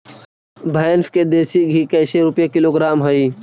भैंस के देसी घी कैसे रूपये किलोग्राम हई?